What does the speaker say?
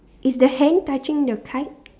is the hand touching the kite